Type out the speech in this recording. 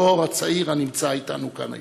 הדור הצעיר הנמצא אתנו כאן היום.